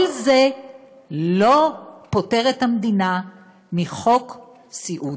כל זה לא פוטר את המדינה מחוק סיעוד.